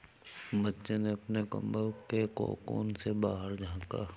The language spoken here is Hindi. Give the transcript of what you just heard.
बच्चे ने अपने कंबल के कोकून से बाहर झाँका